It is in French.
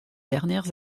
dernières